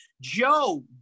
Joe